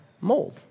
mold